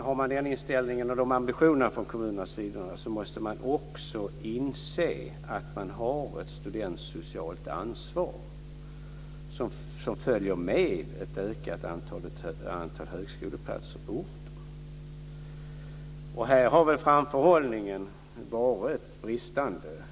Har man den inställningen och de ambitionerna från kommunernas sida, måste man också inse att man har ett studentsocialt ansvar som följer med ett ökat antal högskoleplatser på orten.